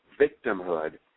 victimhood